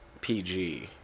PG